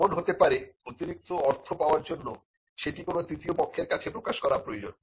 এমন হতে পারে অতিরিক্ত অর্থ পাবার জন্য সেটি কোনো তৃতীয় পক্ষের কাছে প্রকাশ করা প্রয়োজন